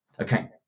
Okay